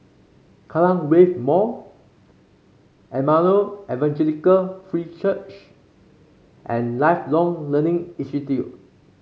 Kallang Wave Mall Emmanuel Evangelical Free Church and Lifelong Learning Institute